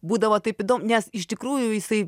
būdavo taip nes iš tikrųjų jisai